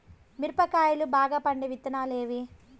మిరప కాయలు బాగా పండే విత్తనాలు ఏవి